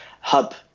hub